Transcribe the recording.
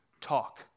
talk